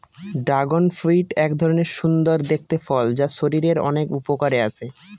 dragon fruit এক ধরনের সুন্দর দেখতে ফল যা শরীরের অনেক উপকারে আসে